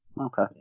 Okay